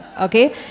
Okay